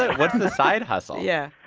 what's the side hustle? yeah